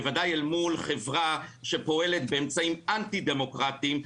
בוודאי אל מול חברה שפועלת באמצעים אנטי דמוקרטיים,